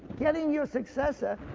getting your successor,